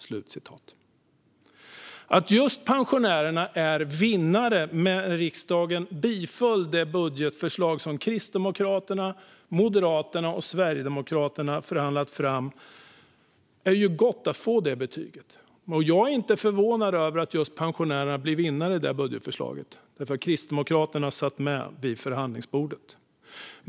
Det är gott att få det betyget att just pensionärerna är vinnare när riksdagen biföll det budgetförslag som Kristdemokraterna, Moderaterna och Sverigedemokraterna förhandlat fram. Jag är inte förvånad över att just pensionärerna blev vinnare i budgetförslaget, för Kristdemokraterna satt med vid förhandlingsbordet.